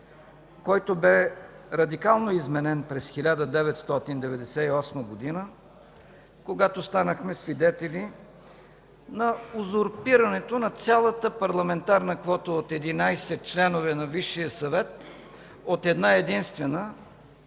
който бе радикално изменен през 1998 г., когато станахме свидетели на узурпирането на цялата парламентарна квота от 11 членове на Висшия съвет от една-единствена,